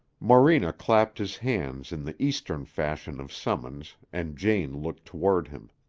morena clapped his hands in the eastern fashion of summons, and jane looked toward him.